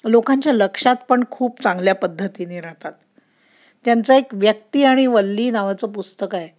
लोकांच्या लक्षात पण खूप चांगल्या पद्धतीने राहतात त्यांचं एक व्यक्ती आणि वल्ली नावाचं पुस्तक आहे